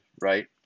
right